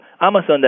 Amazon